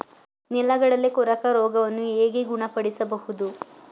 ನೆಲಗಡಲೆ ಕೊರಕ ರೋಗವನ್ನು ಹೇಗೆ ಗುಣಪಡಿಸಬಹುದು?